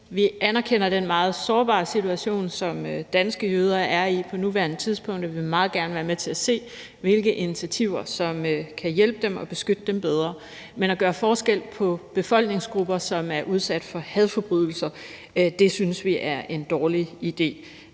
vi anerkender den meget sårbare situation, som danske jøder er i på nuværende tidspunkt. Vi vil meget gerne være med til at se på, hvilke initiativer som kan hjælpe dem og beskytte dem bedre, men at gøre forskel på befolkningsgrupper, som er udsat for hadforbrydelser, synes vi er en dårlig idé.